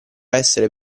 essere